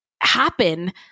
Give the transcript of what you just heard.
happen